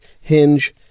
Hinge